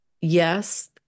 Yes